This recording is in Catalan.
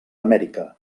amèrica